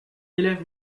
élève